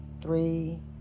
three